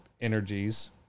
energies